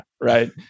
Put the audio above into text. Right